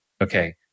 okay